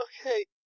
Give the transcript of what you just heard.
okay